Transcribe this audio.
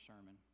sermon